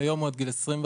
שהיום עד גיל 25,